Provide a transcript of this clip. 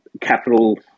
Capital